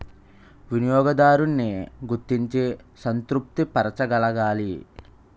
వినియోగదారున్ని గుర్తించి సంతృప్తి పరచగలగాలి